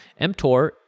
mTOR